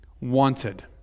wanted